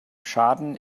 schaden